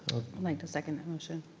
i'd like to second that motion.